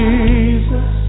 Jesus